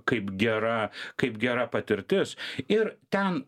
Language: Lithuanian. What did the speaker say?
kaip gera kaip gera patirtis ir ten